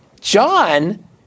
John